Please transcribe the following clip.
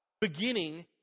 beginning